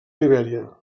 libèria